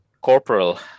corporal